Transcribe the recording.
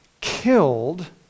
killed